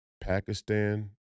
Pakistan